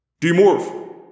Demorph